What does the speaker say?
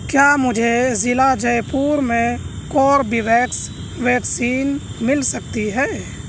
کیا مجھے ضلع جے پور میں کوربی ویکس ویکسین مل سکتی ہے